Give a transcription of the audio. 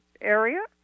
area